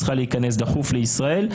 ואותה אישה צריכה להיכנס דחוף לישראל.